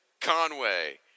Conway